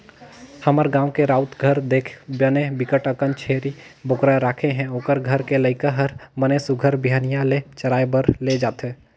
हमर गाँव के राउत घर देख बने बिकट अकन छेरी बोकरा राखे हे, ओखर घर के लइका हर बने सुग्घर बिहनिया ले चराए बर ले जथे